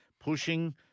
pushing